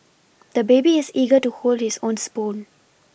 the baby is eager to hold his own spoon